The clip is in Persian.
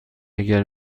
اگر